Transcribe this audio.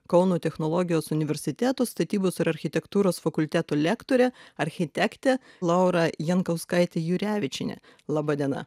kauno technologijos universiteto statybos ir architektūros fakulteto lektorė architektė laura jankauskaitė jurevičienė laba diena